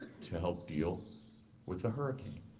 to help deal with the hurricane.